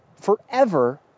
Forever